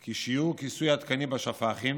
כי שיעור כיסוי התקנים בשפ"חים